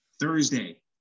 Thursday